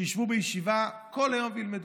שישבו בישיבה כל היום ילמדו.